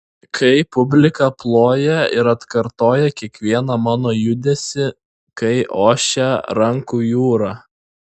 kai publika ploja ir atkartoja kiekvieną mano judesį kai ošia rankų jūra